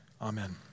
Amen